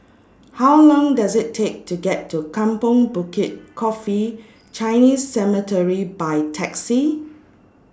How Long Does IT Take to get to Kampong Bukit Coffee Chinese Cemetery By Taxi